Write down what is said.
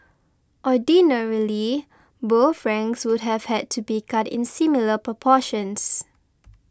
ordinarily both ranks would have had to be cut in similar proportions